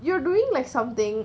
you're doing like something